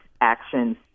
actions